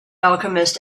alchemist